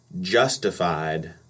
justified